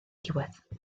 diwedd